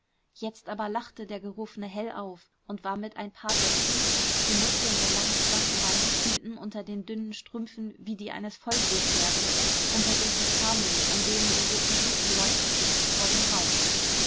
jetzt aber lachte der gerufene hell auf und war mit ein paar sätzen die muskeln der langen schlanken beine spielten unter den dünnen strümpfen wie die eines vollblutpferdes unter den kastanien an denen die roten blüten leuchteten vor dem haus